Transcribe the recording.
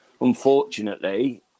unfortunately